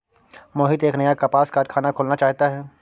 मोहित एक नया कपास कारख़ाना खोलना चाहता है